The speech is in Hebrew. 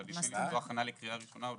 אבל זו הכנה לקריאה ראשונה.